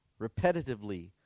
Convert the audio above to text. repetitively